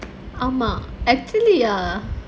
ஆமா:aamaa actually ah